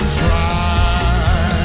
try